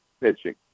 pitching